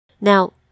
Now